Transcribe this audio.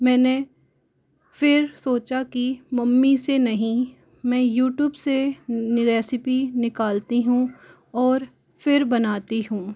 मैंने फिर सोचा की मम्मी से नहीं मैं यूट्यूब से रैसेपी निकलती हूँ और फ़िर बनाती हूँ